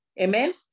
Amen